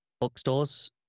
bookstores